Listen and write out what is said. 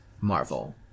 Marvel